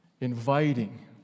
inviting